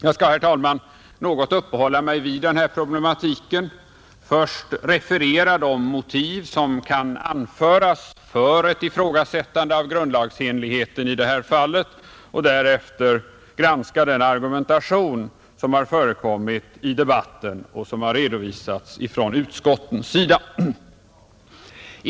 Jag skall, herr talman, något uppehålla mig vid denna problematik och först referera de motiv som kan anföras för ett ifrågasättande av grundlagsenligheten i detta fall samt därefter granska den argumentation som förekommit i debatten och som redovisats från utskottens sida.